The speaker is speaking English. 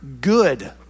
good